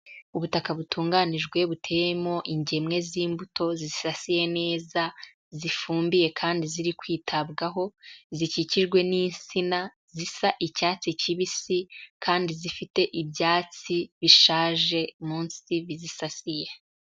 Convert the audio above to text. Ubutaka butunganijwe buteyemo ingemwe z'imbuto zisasiye neza, zifumbiye kandi ziri kwitabwaho, zikikijwe n'insina zisa icyatsi kibisi, kandi zifite ibyatsi bishaje munsi bizisasiye.